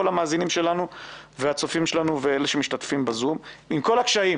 המאזינים שלנו והצופים ואלה שמשתתפים בזום עם כל הקשיים.